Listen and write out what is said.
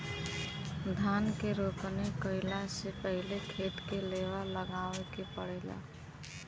धान के रोपनी कइला से पहिले खेत के लेव लगावे के पड़ेला